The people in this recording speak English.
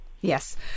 Yes